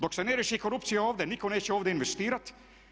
Dok se ne riješi korupcija ovdje nitko neće ovdje investirati.